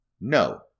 No